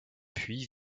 puis